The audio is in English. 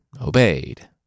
obeyed